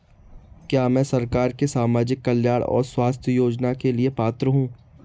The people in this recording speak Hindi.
क्या मैं सरकार के सामाजिक कल्याण और स्वास्थ्य योजना के लिए पात्र हूं?